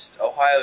Ohio